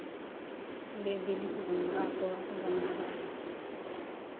ᱵᱮᱼᱵᱤᱞᱤ ᱠᱚ ᱡᱚᱢ ᱞᱟᱜᱟᱜᱼᱟ ᱛᱚᱣᱟ ᱠᱚ ᱡᱚᱢ ᱞᱟᱜᱟᱜᱼᱟ